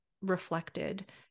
reflected